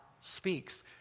speaks